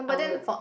I would